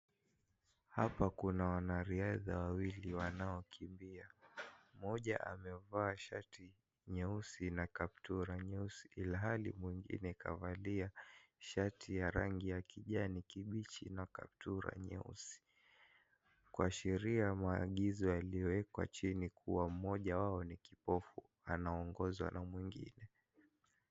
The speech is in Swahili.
Hapa kuna wanariadha wawili wanaokimbia. Mmoja amevaa shati nyeusi na kaptura nyeusi, ilhali mwingine kavalia shati ya rangi ya kijani kibichi na kaptura nyeusi. Kuashiria maagizo yaliyowekwa chini kuwa mmoja wao ni kipofu, anaongozwa na mwingine.